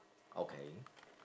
okay